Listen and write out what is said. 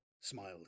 smiled